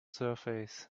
surface